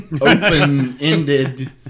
open-ended